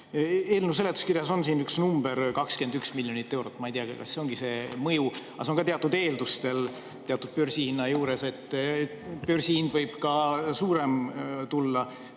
Eelnõu seletuskirjas on üks [summa], 21 miljonit eurot. Ma ei tea, kas see ongi see mõju, aga see on ka teatud eeldustel, teatud börsihinna juures. Börsihind võib ju ka suurem tulla